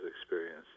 experience